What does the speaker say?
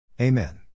Amen